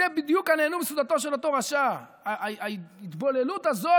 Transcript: וזה בדיוק ה"נהנו מסעודתו של אותו רשע" ההתבוללות הזאת